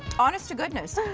honest to goodness,